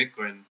Bitcoin